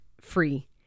free